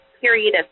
period